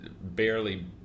barely